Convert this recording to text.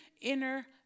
inner